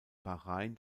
bahrain